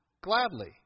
gladly